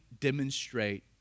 demonstrate